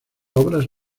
obras